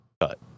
cut